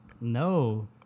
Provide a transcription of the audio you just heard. No